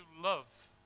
love